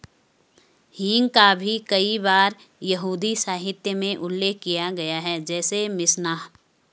हींग का भी कई बार यहूदी साहित्य में उल्लेख किया गया है, जैसे मिशनाह